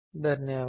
धन्यवाद